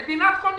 מדינת כל משפטניה.